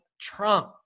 trump